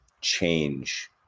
change